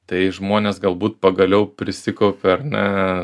tai žmonės galbūt pagaliau prisikaupė ar ne